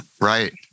Right